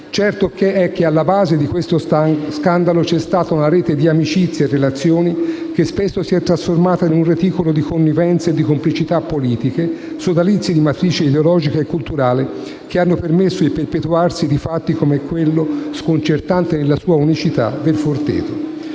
Certo è che alla base di questo scandalo c'è stata una rete di amicizie e relazioni che spesso si è trasformata in un reticolo di connivenze e di complicità politiche, sodalizi di matrice ideologica e culturale che hanno permesso il perpetuarsi di fatti come quello - sconcertante nella sua unicità - de Il Forteto: